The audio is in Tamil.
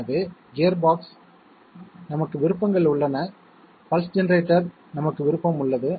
எனவே கியர்பாக்ஸ் நமக்கு விருப்பங்கள் உள்ளன பல்ஸ் ஜெனரேட்டர் நமக்கு விருப்பம் உள்ளது